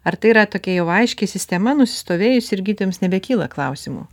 ar tai yra tokia jau aiški sistema nusistovėjusi ir gydytojams nebekyla klausimų